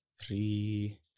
three